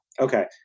okay